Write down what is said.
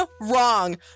wrong